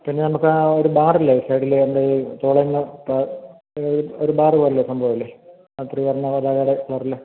പിന്നെ നമുക്ക് ആ ഒരു ബാർ ഇല്ലേ സൈഡിൽ വരേണ്ട ഒരു ചുവന്ന ഒര് ബാറു പോലെ ഒരു സംഭവമില്ലേ ആ ത്രിവർണ്ണ പതാകയുടെ കളറിൽ